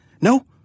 No